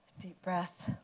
deep breath.